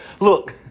Look